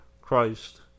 Christ